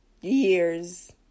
years